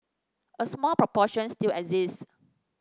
a small proportion still exists